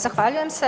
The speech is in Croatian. Zahvaljujem se.